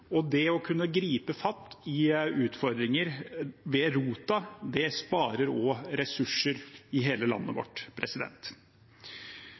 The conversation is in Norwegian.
og det å kunne gripe tak i utfordringer ved roten sparer også ressurser i hele landet